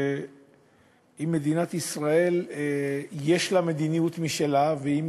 שאם מדינת ישראל יש לה מדיניות משלה ואם